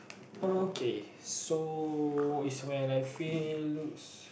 okay so is when I feel